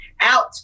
out